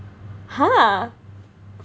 !huh!